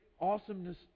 awesomeness